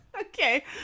Okay